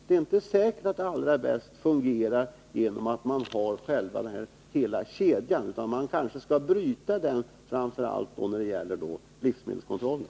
Det är inte säkert att det fungerar allra bäst genom att man har hela denna kedja, utan man kanske skall bryta den, framför allt när det gäller livsmedelskontrollen.